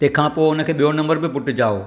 तंहिंखां पोइ हुनखे ॿियों नंबरु बि पुटु ॼाओ